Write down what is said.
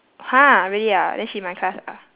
[huh] really ah then she in my class ah